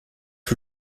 for